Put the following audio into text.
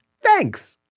Thanks